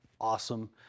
awesome